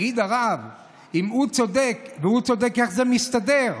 כי לא היה כמוהו לפני כן